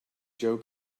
joe